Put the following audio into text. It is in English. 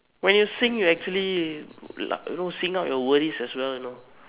when you sing you actually lou know sing out your worries as well you know